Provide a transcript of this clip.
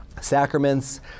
Sacraments